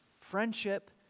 Friendship